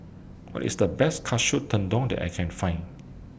What IS The Best Katsu Tendon that I Can Find